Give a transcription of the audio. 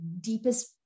deepest